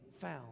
found